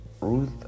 Ruth